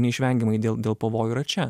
neišvengiamai dėl dėl pavojų yra čia